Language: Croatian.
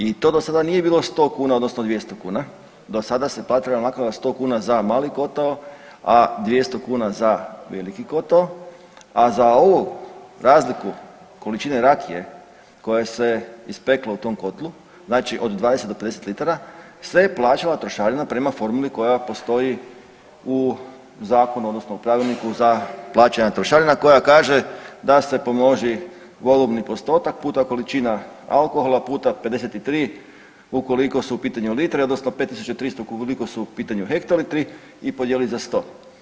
I to do sada nije bilo 100 kuna odnosno 200 kuna, do sada se platila naknada 100 kuna za mali kotao, a 200 kuna za veliki kotao, a za ovu razliku količine rakije koja se ispekla u tom kotlu znači od 20 do 50 litara, sve je plaćala trošarina prema formuli koja postoji u zakonu odnosno u pravilniku za plaćanja trošarina koja kaže da se pomnoži volumni postotak puta količina alkohola puta 53 ukoliko su pitanju litre odnosno 5300 ukoliko su u pitanju hektolitri i podijeli sa 100.